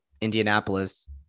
Indianapolis